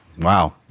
Wow